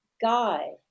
Guy